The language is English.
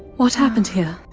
what happened here?